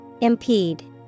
Impede